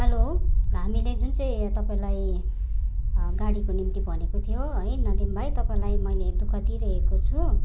hello हामीले जुन चाहिँ तपाईँलाई गाडीको निम्ति भनेको थियो है नदिम भाइ तपाईँलाई मैले दुःख दिइरहेको छु